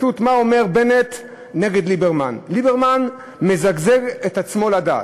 מה אומר בנט נגד ליברמן: ליברמן מזגזג את עצמו לדעת,